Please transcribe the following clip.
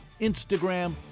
Instagram